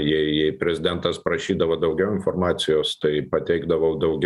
jei jei prezidentas prašydavo daugiau informacijos tai pateikdavau daugiau